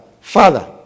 Father